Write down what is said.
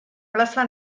plaza